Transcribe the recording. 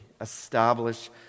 Establish